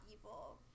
evil